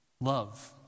love